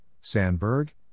Sandberg